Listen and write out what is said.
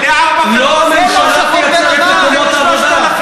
לא הממשלה תייצר את מקומות העבודה.